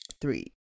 Three